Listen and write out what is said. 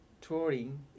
touring